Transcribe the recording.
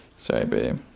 sorry, babe.